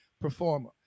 performer